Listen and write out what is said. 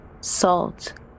salt